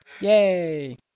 Yay